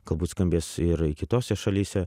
galbūt skambės ir kitose šalyse